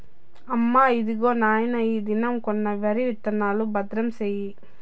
అమ్మా, ఇదిగో నాయన ఈ దినం కొన్న వరి విత్తనాలు, భద్రం సేయి